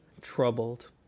troubled